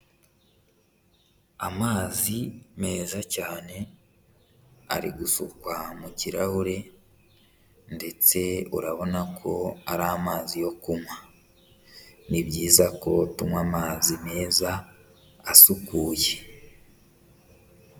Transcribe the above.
Amazi meza cyane ari gusukwa mu kirahure ndetse urabona ko ari amazi yo kunywa, ni byiza ko tunywa amazi meza asukuye.